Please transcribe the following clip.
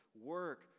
work